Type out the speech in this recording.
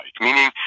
Meaning